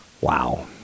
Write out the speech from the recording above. Wow